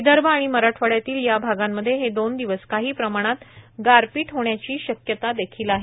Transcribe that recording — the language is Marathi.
विदर्भ आणि मराठवाड्यातील या भागांमध्ये हे दोन दिवस काही प्रमाणात गारपीट होण्याची शक्यता देखील आहे